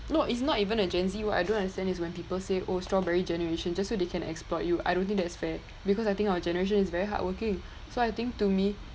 no it's not even a gen Z what I don't understand is when people say oh strawberry generation just so they can exploit you I don't think that is fair because I think our generation is very hardworking so I think to me